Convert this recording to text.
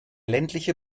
ländliche